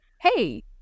hey